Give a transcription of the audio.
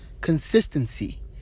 consistency